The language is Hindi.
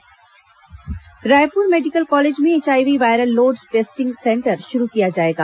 एचआईवी जांच रायपुर मेडिकल कॉलेज में HIV viral load testing centre शुरू किया जाएगा